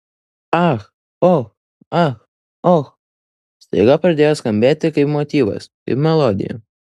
ach och ach och staiga pradėjo skambėti kaip motyvas kaip melodija